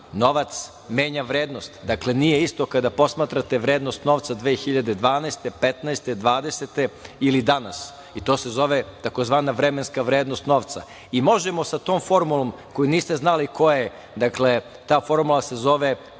novac menja vrednost. Dakle, nije isto kada posmatrate vrednost novca 2012, 2015, 2020. godine ili danas i to se zove tzv. vremenska vrednost novca. Možemo sa tom formulom za koju niste znali koja je, dakle, ta formula se zove